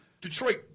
Detroit